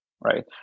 right